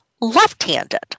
left-handed